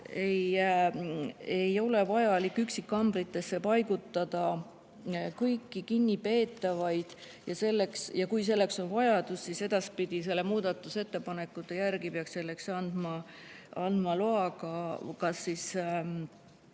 ei ole vaja üksikkambritesse paigutada kõiki kinnipeetavaid. Kui selleks on vajadus, siis edaspidi peaks selle muudatusettepaneku järgi selleks andma loa kas kohus